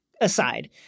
aside